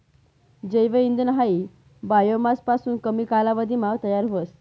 जैव इंधन हायी बायोमास पासून कमी कालावधीमा तयार व्हस